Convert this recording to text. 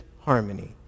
harmony